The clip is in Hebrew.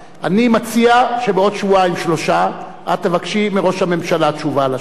אני מציע שבעוד שבועיים-שלושה תבקשי מראש הממשלה תשובה על השאלה הזאת.